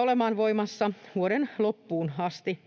olemaan voimassa vuoden loppuun asti.